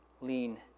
lean